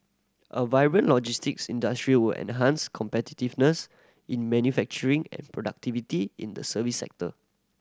a vibrant logistics industry will enhance competitiveness in manufacturing and productivity in the service sector